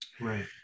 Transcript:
right